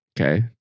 Okay